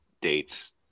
dates